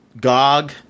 GOG